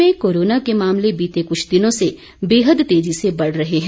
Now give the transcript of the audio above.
देश में कोरोना के मामले बीते कुछ दिनों से बेहद तेजी से बढ़ रहे हैं